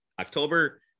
October